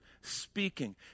speaking